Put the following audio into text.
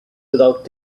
without